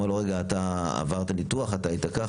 אומר לו רגע, אתה עברת ניתוח, אתה היית ככה?